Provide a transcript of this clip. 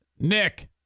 Nick